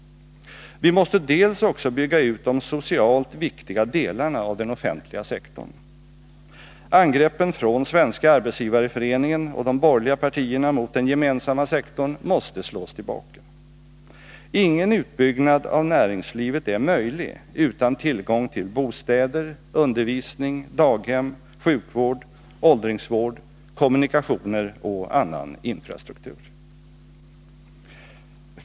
Vi måste dels också bygga ut de socialt viktiga delarna av den offentliga sektorn. Angreppen från Svenska arbetsgivareföreningen och de borgerliga partierna mot den gemensamma sektorn måste slås tillbaka. Ingen utbyggnad av näringslivet är möjlig utan tillgång till bostäder, undervisning, daghem, sjukvård, åldringsvård, kommunikationer och annan infrastruktur.